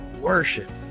worship